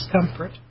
discomfort